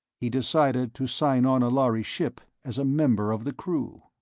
he decided to sign on a lhari ship as a member of the crew.